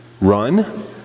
run